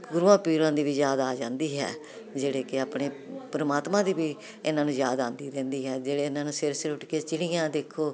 ਗੁਰੂਆਂ ਪੀਰਾਂ ਦੀ ਵੀ ਯਾਦ ਆ ਜਾਂਦੀ ਹੈ ਜਿਹੜੇ ਕਿ ਆਪਣੇ ਪਰਮਾਤਮਾ ਦੀ ਵੀ ਇਨ੍ਹਾਂ ਨੂੰ ਯਾਦ ਆਉਂਦੀ ਰਹਿੰਦੀ ਹੈ ਜਿਹੜੇ ਇਨ੍ਹਾਂ ਨੂੰ ਸਿਰ ਸੁੱਟ ਕੇ ਚਿੜੀਆਂ ਦੇਖੋ